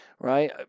right